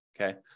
Okay